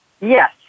yes